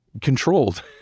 controlled